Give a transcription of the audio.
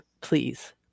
Please